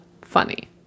funny